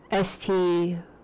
ST